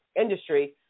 industry